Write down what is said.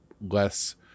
less